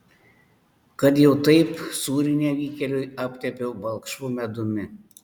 kad jau taip sūrį nevykėliui aptepiau balkšvu medumi